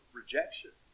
rejection